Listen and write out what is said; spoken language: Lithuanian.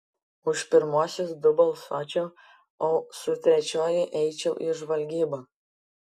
už pirmuosius du balsuočiau o su trečiuoju eičiau į žvalgybą